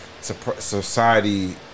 society